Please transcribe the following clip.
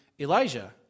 Elijah